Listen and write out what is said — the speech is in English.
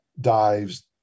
Dives